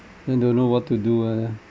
then don't know what to do ah then